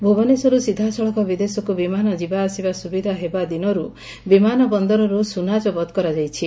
ଭୁବନେଶ୍ୱରରୁ ସିଧାସଳଖ ବିଦେଶକୁ ବିମାନ ଯିବାଆସିବା ସୁବିଧା ହେବା ଦିନରୁ ବିମାନ ବନ୍ଦରରୁ ସୁନା ଜବତ କରାଯାଇଛି